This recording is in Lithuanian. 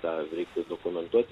ką reiktų dokumentuoti